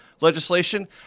legislation